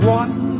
one